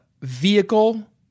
vehicle